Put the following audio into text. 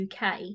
UK